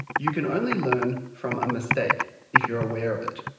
you can only learn from a mistake if you are aware of it.